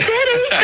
City